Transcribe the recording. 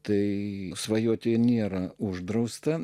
tai svajoti nėra uždrausta